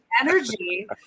energy